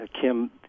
Kim